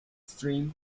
extreme